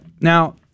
Now